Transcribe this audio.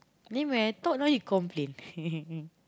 then when I talk now you complain